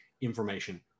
information